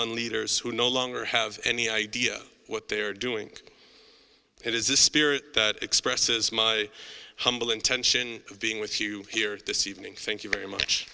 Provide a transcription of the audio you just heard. on leaders who no longer have any idea what they're doing it is this spirit expresses my humble intention of being with you here this evening thank you very